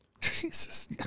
Jesus